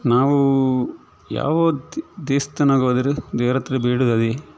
ನಾವು ಯಾವ ದೇವ್ಸ್ಥಾನಗೋದರು ದೇವರ ಹತ್ರ ಬೇಡೋದದೇ